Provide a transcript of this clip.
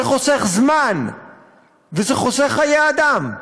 זה חוסך זמן וזה חוסך חיי אדם.